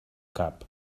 cap